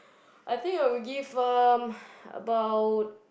I think I will give them about